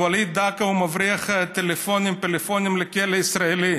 לוואליד דאקה הוא מבריח טלפונים לכלא הישראלי.